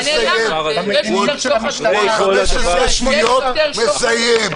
--- בעוד 15 שניות לסיים.